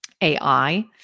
AI